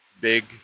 Big